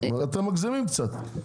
אתם מגזימים קצת.